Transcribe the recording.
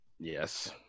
Yes